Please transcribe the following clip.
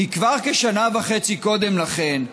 כי כבר כשנה וחצי קודם לכן,